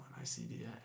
ICDA